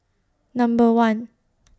Number one